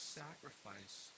sacrifice